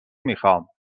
میخوام